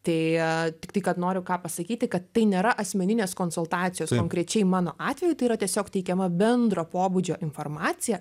tai tiktai kad noriu ką pasakyti kad tai nėra asmeninės konsultacijos konkrečiai mano atveju tai yra tiesiog teikiama bendro pobūdžio informacija